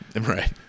Right